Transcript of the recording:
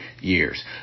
years